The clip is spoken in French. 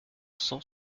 cents